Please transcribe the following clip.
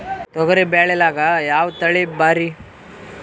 ತೊಗರಿ ಬ್ಯಾಳ್ಯಾಗ ಯಾವ ತಳಿ ಭಾರಿ?